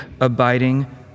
abiding